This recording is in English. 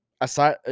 aside